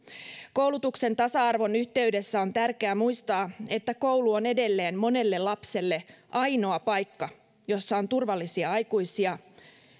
koulutuksen tasa arvon yhteydessä on tärkeä muistaa että koulu on edelleen monelle lapselle ainoa paikka jossa on turvallisia aikuisia